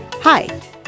Hi